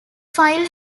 file